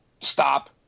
stop